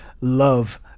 love